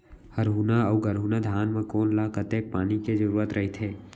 हरहुना अऊ गरहुना धान म कोन ला कतेक पानी के जरूरत रहिथे?